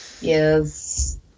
yes